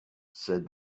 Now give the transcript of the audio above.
said